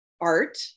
art